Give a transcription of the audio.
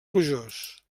plujós